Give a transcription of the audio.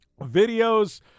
videos